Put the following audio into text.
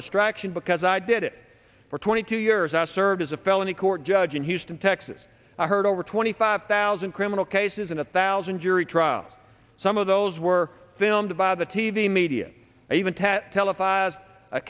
distraction because i did it for twenty two years i served as a felony court judge in houston texas i heard over twenty five thousand criminal cases in a thousand jury trial some of those were filmed by the t v media and even tat televised